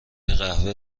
قهوه